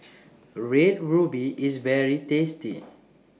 Red Ruby IS very tasty